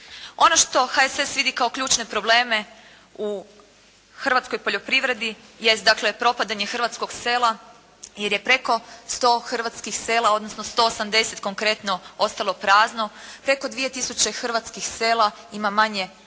Ono što HSS vidi kao ključne probleme u hrvatskoj poljoprivredi jest dakle propadanje hrvatskog sela jer je preko 100 hrvatskih sela, odnosno 180 konkretno ostalo prazno, preko 2 tisuće hrvatskih sela ima manje od